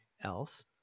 else